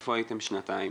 איפה הייתם שנתיים.